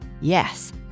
Yes